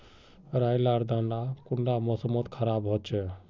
राई लार दाना कुंडा कार मौसम मोत खराब होचए?